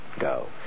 Go